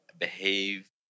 behave